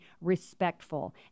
respectful